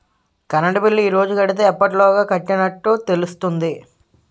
Current bill ఈ రోజు కడితే ఎప్పటిలోగా కట్టినట్టు తెలుస్తుంది?